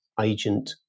agent